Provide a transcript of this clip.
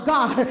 God